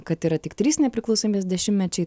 kad yra tik trys nepriklausomybės dešimtmečiai